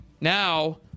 Now